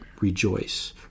Rejoice